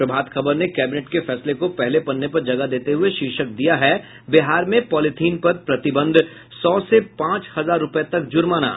प्रभात खबर ने कैबिनेट के फैसले को पहले पन्ने पर जगह देते हये शीर्षक दिया है बिहार में पॉलीथिन पर प्रतिबंध सौ से पांच हजार रूपये तक जुर्माना